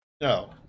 No